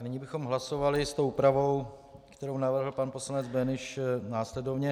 Nyní bychom hlasovali s tou úpravou, kterou navrhl pan poslanec Böhnisch, následovně.